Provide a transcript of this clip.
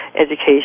education